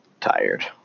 tired